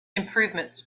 improvements